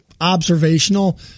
observational